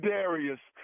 Darius